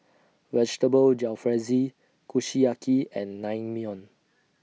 Vegetable Jalfrezi Kushiyaki and Naengmyeon